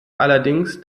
allerdings